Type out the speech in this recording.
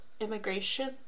immigration